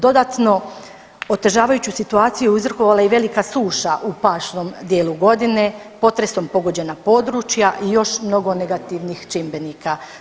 Dodatno, otežavajuću situaciju uzrokovala je i velika suša u pašnom dijelu godine, potresom pogođena područja i još mnogo negativnih čimbenika.